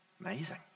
Amazing